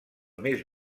més